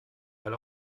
weil